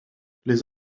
les